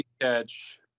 catch